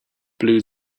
blew